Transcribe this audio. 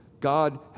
God